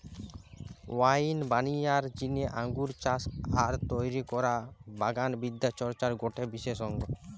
wine বানানিয়ার জিনে আঙ্গুর চাষ আর তৈরি করা বাগান বিদ্যা চর্চার গটে বিশেষ অঙ্গ